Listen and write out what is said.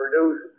produce